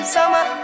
Summer